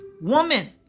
woman